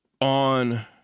on